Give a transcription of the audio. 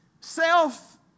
self